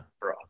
bro